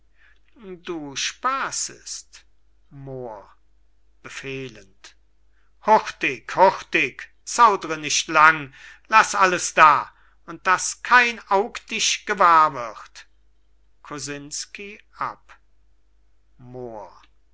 du spassest moor befehlend hurtig hurtig zaudre nicht lang laß alles da und daß kein aug dich gewahr wird kosinsky ab moor